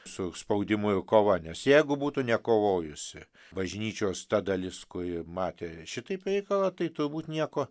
su spaudimu ir kova nes jeigu būtų nekovojusi bažnyčios ta dalis kuri matė šitaip reikalą tai turbūt nieko